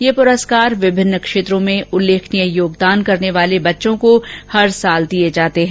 ये प्रस्कार विभिन्न क्षेत्रों में उल्लेखनीय योगदान करने वाले बच्चों को प्रतिवर्ष दिये जाते हैं